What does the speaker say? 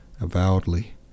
avowedly